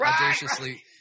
audaciously